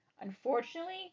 Unfortunately